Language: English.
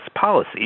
policy